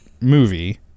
movie